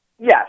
Yes